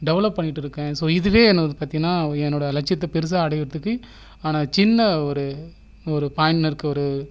develop பண்ணிகிட்டு இருக்கேன் so இதுவே பார்த்தீங்கன்னா என்னோடய லட்சியத்தை பெருசாக அடைகிறதுக்கு ஆன சின்ன ஒரு ஒரு பாய்னருக்கு ஒரு